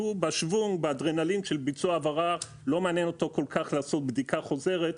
הוא באדרנלין של ביצוע ההעברה ולא מעניין אותו כל כך לעשות בדיקה חוזרת.